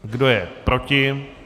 Kdo je proti?